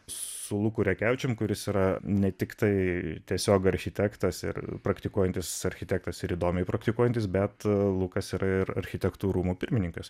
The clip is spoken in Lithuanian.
su luku rekevičium kuris yra ne tik tai tiesiog architektas ir praktikuojantis architektas ir įdomiai praktikuojantis bet lukas yra ir architektų rūmų pirmininkas